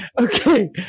Okay